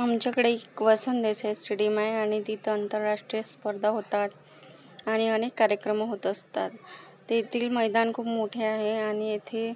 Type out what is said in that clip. आमच्याकडे एक वसंत देसाई स्टेडियम आहे आणि तिथं आंतरराष्ट्रीय स्पर्धा होतात आणि अनेक कार्यक्रम होत असतात तेथील मैदान खूप मोठे आहे आणि येथे